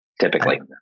typically